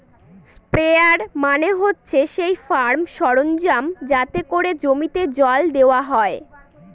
sprayer মানে হচ্ছে সেই ফার্ম সরঞ্জাম যাতে করে জমিতে জল দেওয়া হয়